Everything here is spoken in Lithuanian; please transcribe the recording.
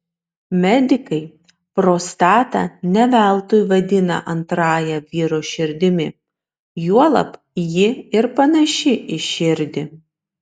medikai prostatą ne veltui vadina antrąja vyro širdimi juolab ji ir panaši į širdį